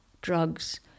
drugs